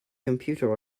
computer